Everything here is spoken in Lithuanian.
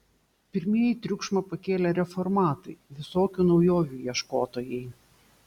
pirmieji triukšmą pakėlė reformatai visokių naujovių ieškotojai